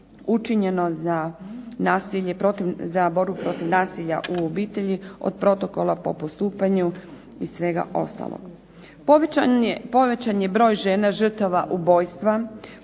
učinjeno za borbu protiv nasilja u obitelji, od protokola po postupanju i svega ostaloga. Povećan je broj žena žrtava ubojstva